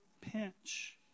pinch